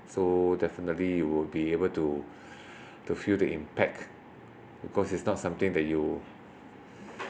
so definitely would be able to to feel the impact because it's not something that you